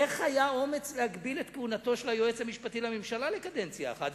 איך היה אומץ להגביל את כהונתו של היועץ המשפטי לממשלה לקדנציה אחת,